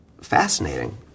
fascinating